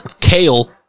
kale